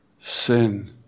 sin